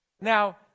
Now